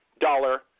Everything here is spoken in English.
dollar